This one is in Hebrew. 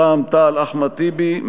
רע"ם-תע"ל-מד"ע: אחמד טיבי.